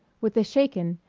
with a shaken,